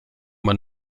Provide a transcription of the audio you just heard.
man